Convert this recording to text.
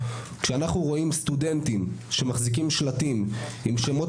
כשאנחנו רואים סטודנטים שמחזיקים שלטים עם שמות